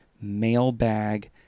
mailbag